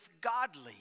godly